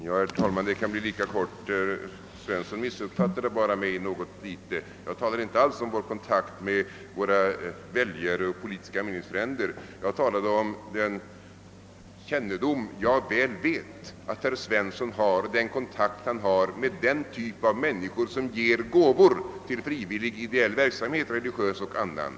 Herr talman! Mitt inlägg kan bli lika kort. Herr Svensson i Kungälv missuppfattade mig något. Jag talade inte alls om kontakten med väljarna och våra politiska meningsfränder; jag talade om den kontakt som jag väl vet att herr Svensson i Kungälv har med den typ av människor som ger gåvor till frivillig ideell verksamhet, religiös och annan.